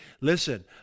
Listen